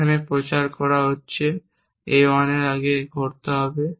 এখানে প্রচার করা হচ্ছে তাই A 1 এর আগে ঘটতে হবে